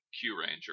Q-Ranger